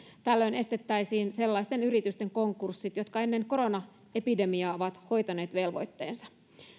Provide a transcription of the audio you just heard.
tällöin estettäisiin sellaisten yritysten konkurssit jotka ennen koronaepidemiaa ovat hoitaneet velvoitteensa